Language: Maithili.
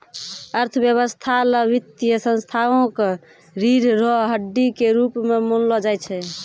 अर्थव्यवस्था ल वित्तीय संस्थाओं क रीढ़ र हड्डी के रूप म मानलो जाय छै